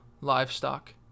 livestock